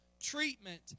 treatment